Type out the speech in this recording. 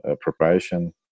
preparation